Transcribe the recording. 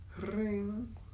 ring